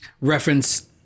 reference